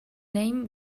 name